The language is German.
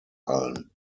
allen